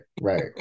right